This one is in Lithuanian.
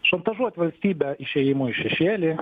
šantažuoti valstybę išėjimu į šešėlį